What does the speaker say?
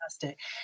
fantastic